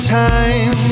time